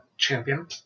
champion